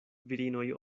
virinoj